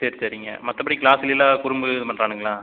சரி சரிங்க மற்றபடி க்ளாஸ்ஸுலயெல்லாம் குறும்பு இது பண்ணுறானுங்களா